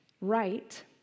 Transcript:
right